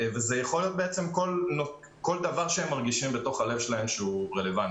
זה יכול להיות כל דבר שהם מרגישים בלב שהוא רלוונטי.